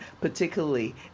particularly